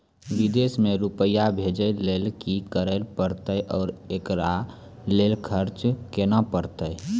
विदेश मे रुपिया भेजैय लेल कि करे परतै और एकरा लेल खर्च केना परतै?